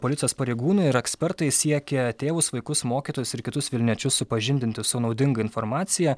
policijos pareigūnai ir ekspertai siekia tėvus vaikus mokytojus ir kitus vilniečius supažindinti su naudinga informacija